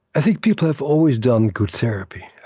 i think people have always done good therapy,